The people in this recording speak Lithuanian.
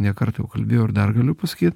ne kartą jau kalbėjau ir dar galiu pasakyt